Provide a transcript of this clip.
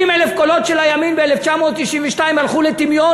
60,000 קולות של הימין ב-1992 הלכו לטמיון,